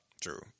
True